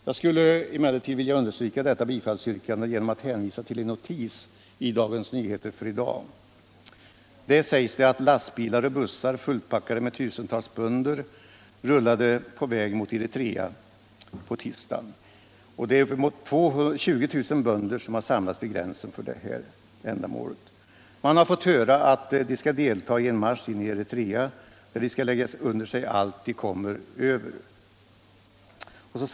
Jag skulle emellertid vilja understryka detta bifallsyrkande genom att hänvisa till en notis i Dagens Nyheter för i dag. Där sägs det att lastbilar och bussar fullpackade med tusentals bönder rullade på väg mot Eritrea på tisdagen och att upp emot 20 000 bönder redan samlats vid gränsen. Man har fått höra att de skall delta i en marsch in i Eritrea, där de skall lägga under sig allt de kommer över.